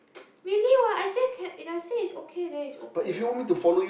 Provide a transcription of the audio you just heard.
really [what] I say can if I say is okay then is okay [what]